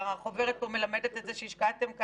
החוברת פה מלמדת שהשקעתם.